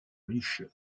riche